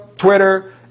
Twitter